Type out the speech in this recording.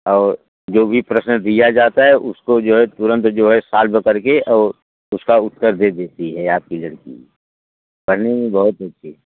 और जो भी प्रश्न दिया जाता है उसको जो है तुरंत जो है साल्व करके और उसका उत्तर दे देती है आपकी लड़की पढ़ने में बहुत अच्छी